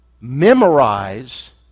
memorize